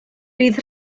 bydd